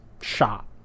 shot